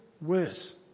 worse